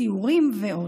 סיורים ועוד.